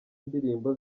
ndirimbo